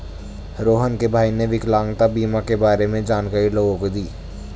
रोहण के भाई ने विकलांगता बीमा के बारे में जानकारी लोगों को दी